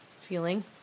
feeling